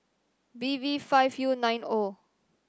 B V five U nine O